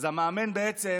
אז המאמן בעצם